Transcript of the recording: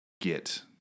get